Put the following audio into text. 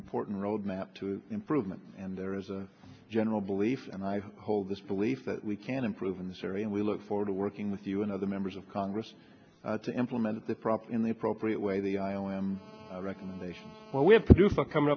important roadmap to improvement and there is a general belief and i hold this belief that we can improve in the survey and we look forward to working with you and other members of congress to implement the prompt in the appropriate way the i o m recommendation what we have to do for coming